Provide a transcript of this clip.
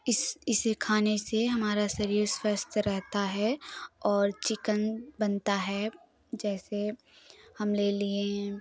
इस इसे खाने से हमारा शरीर स्वस्थ रहता है और चिकन बनता है जैसे हम ले लिए